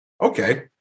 Okay